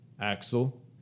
Axel